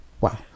Wow